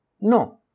No